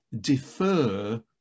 defer